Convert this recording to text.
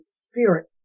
spirit